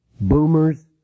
boomers